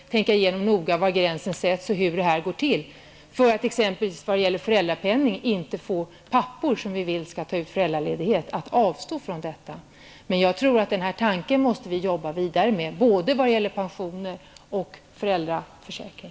Man måste noga tänka igenom var gränsen skall sättas och hur det skall gå till. När det gäller föräldrapenning är det t.ex. viktigt att papporna, som vi vill skall ta ut föräldraledighet, inte avstår från detta. Jag tror att vi måste jobba vidare med den här tanken, när det gäller både pensioner och föräldraförsäkring.